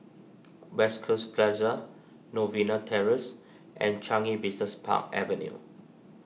West Coast Plaza Novena Terrace and Changi Business Park Avenue